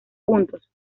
puntos